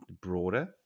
broader